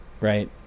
Right